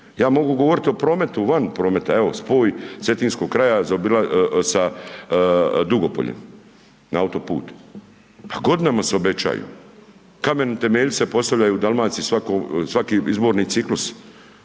ja mogu govori o prometu van prometa evo spoj Cetinskog kraja sa Dugo poljem na autoput, pa godinama se obećaju, kamen temeljce postavljaju u Dalmaciji svako, svaki izbori ciklus,